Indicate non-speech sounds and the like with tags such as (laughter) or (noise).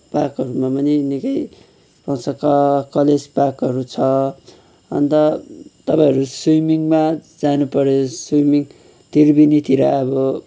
पार्कहरूमा पनि निकै (unintelligible) कलेज पार्कहरू छ अन्त तपाईँहरू स्विमिङमा जानु पऱ्यो स्विमिङ त्रिवेणीतिर अब